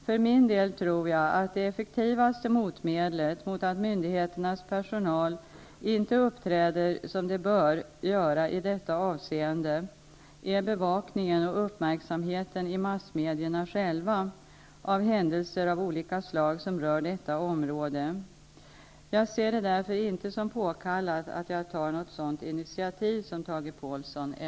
För min del tror jag att det effektivaste motmedlet mot att myndigheternas personal inte uppträder som den bör göra i detta avseende är bevakningen och uppmärksamheten i massmedierna själva av händelser av olika slag som rör detta område. Jag ser det därför inte som påkallat att jag tar något sådant initiativ som Tage